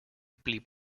blieb